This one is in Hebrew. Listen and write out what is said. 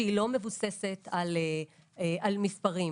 לא מבוססת על מספרים